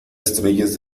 estrellas